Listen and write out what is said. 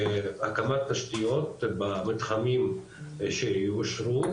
להקמת תשתיות במתחמים שיאושרו,